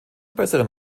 besseren